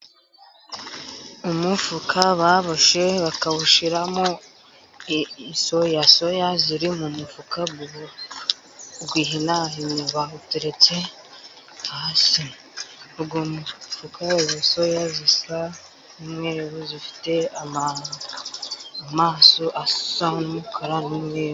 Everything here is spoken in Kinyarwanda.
Umufuka baboshye bakawushyimo soya. Soya ziri mu mufuka uhinahinye bawuteretse hasi, uwo mufuka urimo soya zisa n'umweru, zifite amaso asa n'umukara n'umweru.